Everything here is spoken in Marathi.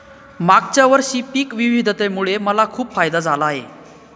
मागच्या वर्षी पिक विविधतेमुळे मला खूप फायदा झाला आहे